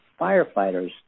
firefighters